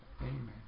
Amen